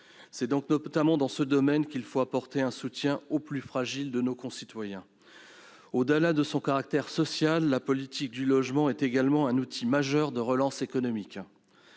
C'est donc notamment dans ce domaine qu'il faut apporter un soutien aux plus fragiles de nos concitoyens. Au-delà de son caractère social, la politique du logement est également un outil majeur de relance économique.